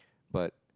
but